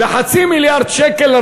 וחצי מיליארד שקל,